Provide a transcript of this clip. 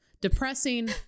Depressing